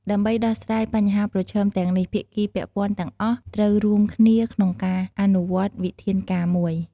ដើម្បីដោះស្រាយបញ្ហាប្រឈមទាំងនេះ ភាគីពាក់ព័ន្ធទាំងអស់ ត្រូវរួមគ្នាក្នុងការអនុវត្តវិធានការណ៍រួម។